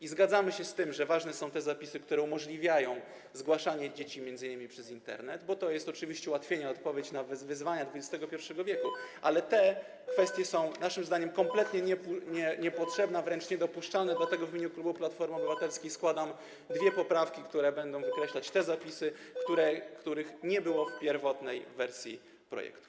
I zgadzamy się z tym, że ważne są te zapisy, które umożliwiają zgłaszanie dzieci m.in. przez Internet, bo to jest oczywiście ułatwienie, odpowiedź na wyzwania XXI w., ale te kwestie są naszym zdaniem kompletnie niepotrzebne, wręcz niedopuszczalne, dlatego w imieniu klubu Platformy Obywatelskiej składam dwie poprawki, które będą wykreślać te zapisy, których nie było w pierwotnej wersji projektu.